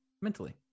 mentally